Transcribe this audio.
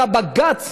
אבל בג"ץ